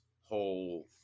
whole